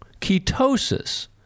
ketosis